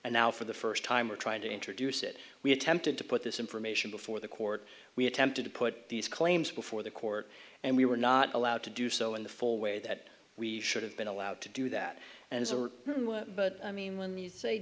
and now for the first time we're trying to introduce it we attempted to put this information before the court we attempted to put these claims before the court and we were not allowed to do so in the full way that we should have been allowed to do that and i mean when you say